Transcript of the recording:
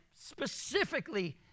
specifically